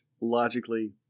logically